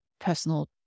personal